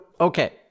okay